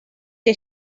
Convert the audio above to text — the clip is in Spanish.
que